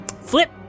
Flip